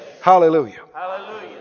Hallelujah